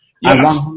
Yes